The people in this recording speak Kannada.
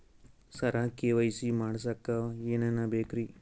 ಸರ ಕೆ.ವೈ.ಸಿ ಮಾಡಸಕ್ಕ ಎನೆನ ಬೇಕ್ರಿ?